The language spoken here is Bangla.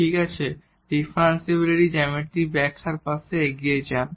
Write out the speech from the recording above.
ঠিক আছে ডিফারেনশিয়ালগুলির জ্যামিতিক ব্যাখ্যার পাশে এগিয়ে যান